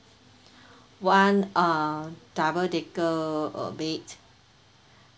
one uh double decker uh bed